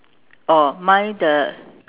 orh mine the